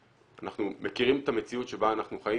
אנחנו מכירים את המציאות שבה אנחנו חיים